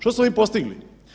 Što smo mi postigli?